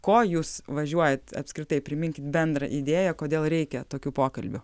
ko jūs važiuojat apskritai priminkit bendrą idėją kodėl reikia tokių pokalbių